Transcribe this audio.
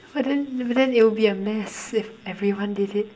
but then but then it will be a mess if everyone did it